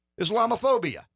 Islamophobia